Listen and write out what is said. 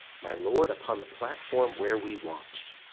my lord, upon the platform where we watch'd.